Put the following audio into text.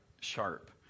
Sharp